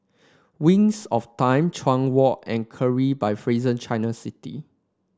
Wings of Time Chuan Walk and Capri by Fraser Changi City